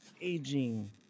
aging